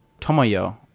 Tomoyo